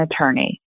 attorney